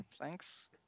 thanks